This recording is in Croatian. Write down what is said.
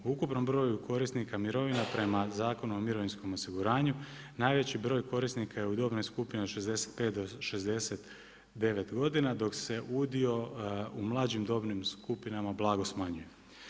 U ukupnom broju korisnika mirovina prema Zakonu o mirovinskom osiguranju, najveći broj korisnika je u dobnoj skupini 65 do 69 godina, dok se udio u mlađim dobnim skupinama blago smanjuju.